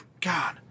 God